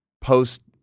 post